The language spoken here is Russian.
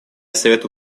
совету